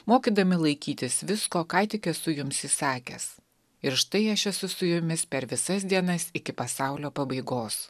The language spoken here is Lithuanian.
mokydami laikytis visko ką tik esu jums įsakęs ir štai aš esu su jumis per visas dienas iki pasaulio pabaigos